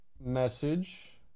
message